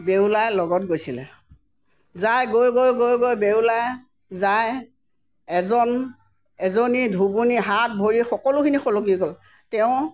বেউলাই লগত গৈছিলে যাই গৈ গৈ গৈ গৈ বেউলাই যাই এজন এজনী ধুবুনীৰ হাত ভৰি সকলোখিনি সুলকি গ'ল তেওঁ